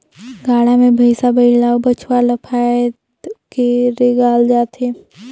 गाड़ा मे भइसा बइला अउ बछवा ल फाएद के रेगाल जाथे